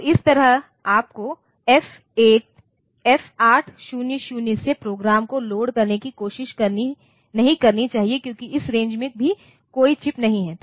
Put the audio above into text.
और इसी तरह आपको F800 से प्रोग्राम को लोड करने की कोशिश नहीं करनी चाहिए क्योंकि इस रेंज में भी कोई चिप नहीं है